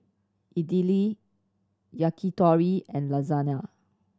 Idili Yakitori and Lasagne